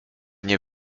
nie